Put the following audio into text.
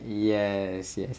yes yes